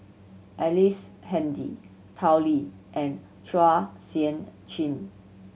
Ellice Handy Tao Li and Chua Sian Chin